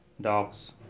dogs